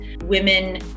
women